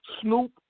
Snoop